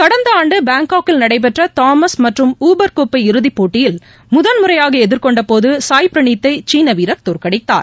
கடந்தஆண்டுபாங்காங்கில் நடைபெற்றதாமஸ் மற்றும் ஊபர் கோப்ளப இறுதிப் போட்டியில் முதன் முறையாகஎதிர்கொண்டபோதுசாய் பிரணீத்தைசீனவீரர் தோற்கடித்தார்